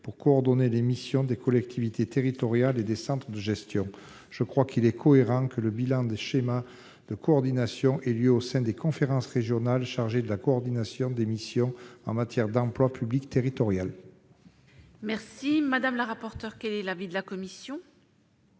pour coordonner les missions des collectivités territoriales et des centres de gestion. Il me paraît cohérent que le bilan des schémas de coordination se fasse au sein des conférences régionales, chargées de la coordination des missions en matière d'emploi public territorial. Quel est l'avis de la commission ?